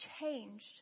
changed